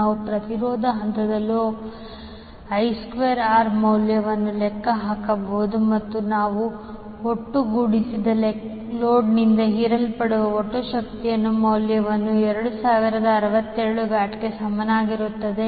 ನಾವು ಪ್ರತಿಯೊಂದು ಹಂತಕ್ಕೂ 𝐈2𝑅 ಮೌಲ್ಯವನ್ನು ಲೆಕ್ಕ ಹಾಕಬಹುದು ಮತ್ತು ನಾವು ಒಟ್ಟುಗೂಡಿಸಿದಾಗ ಲೋಡ್ನಿಂದ ಹೀರಲ್ಪಡುವ ಒಟ್ಟು ಶಕ್ತಿಯ ಮೌಲ್ಯವು 2067 ವ್ಯಾಟ್ಗೆ ಸಮಾನವಾಗಿರುತ್ತದೆ